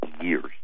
years